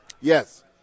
Yes